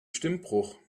stimmbruch